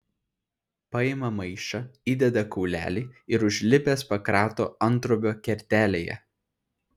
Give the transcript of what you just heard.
paima maišą įdeda kaulelį ir užlipęs pakrato anttrobio kertelėje